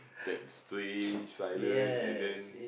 that strange silent and then